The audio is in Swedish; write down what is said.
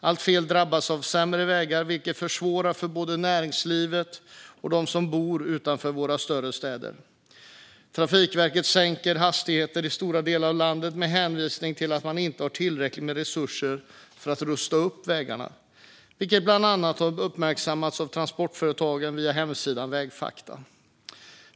Allt fler drabbas av allt sämre vägar, vilket försvårar för både näringslivet och dem som bor utanför våra större städer. Trafikverket sänker hastigheter i stora delar av landet med hänvisning till att man inte har tillräckligt med resurser för att rusta upp vägarna, vilket bland annat har uppmärksammats av Transportföretagen via hemsidan Vägfakta.